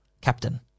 Captain